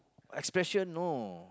I special no